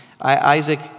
Isaac